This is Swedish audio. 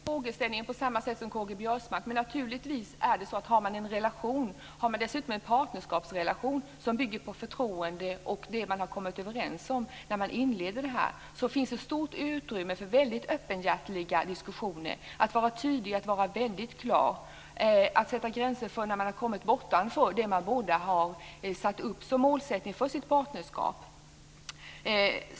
Fru talman! Jag kan inte se frågan på samma sätt som K-G Biörsmark. Finns det en partnerskapsrelation som bygger på förtroende och det man har kommit överens om, finns det stort utrymme för öppenhjärtiga diskussioner. Man ska vara tydlig och klar och sätta gränser för när man kommit bortanför målet för partnerskapet.